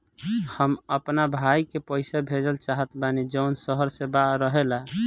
हम अपना भाई के पइसा भेजल चाहत बानी जउन शहर से बाहर रहेला